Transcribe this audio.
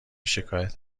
شکایت